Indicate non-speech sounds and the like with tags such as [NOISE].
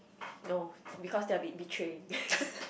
no because there will be betraying [LAUGHS]